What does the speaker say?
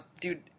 Dude